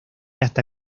hasta